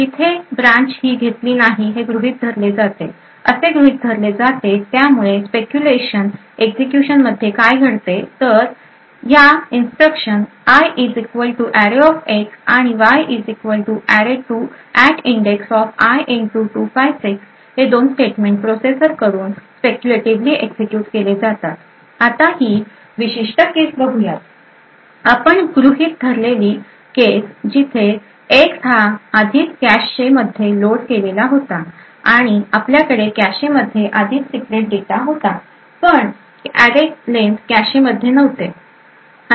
जिथे ब्रांच ही घेतली नाही असे गृहीत धरले जाते त्यामुळे स्पेक्युलेशन एक्झिक्युशन मध्ये काय घडते तर या इन्स्ट्रक्शन I arrayx आणि Y array2 at the index of I256 हे दोन स्टेटमेंट प्रोसेसर कडून स्पेक्यूलेटीव्हली एक्झिक्युट केले जातात आता ही विशिष्ट केस बघुयात आपण गृहीत धरलेली केस जिथे X हा आधीच कॅशे मध्ये लोड केलेला होता आणि आपल्याकडे कॅशे मध्ये आधीच सीक्रेट डेटा होता पण array len कॅशे मध्ये नव्हते